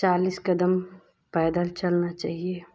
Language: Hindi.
चालीस कदम पैदल चलना चाहिए